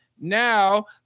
now